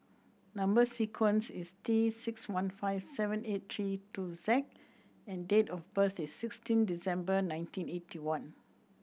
number sequence is T six one five seven eight three two Z and date of birth is sixteen December nineteen eighty one